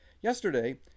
Yesterday